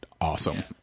Awesome